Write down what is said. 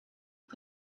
you